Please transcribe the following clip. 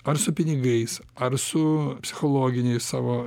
ar su pinigais ar su psichologiniais savo